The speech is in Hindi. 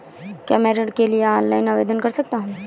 क्या मैं ऋण के लिए ऑनलाइन आवेदन कर सकता हूँ?